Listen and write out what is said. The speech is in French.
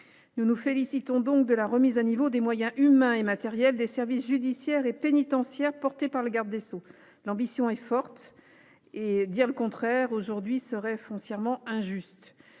Nous nous félicitons donc de la remise à niveau des moyens humains et matériels des services judiciaires et pénitentiaires qu’a défendue le garde des sceaux. L’ambition est forte, et dire le contraire aujourd’hui serait foncièrement injuste.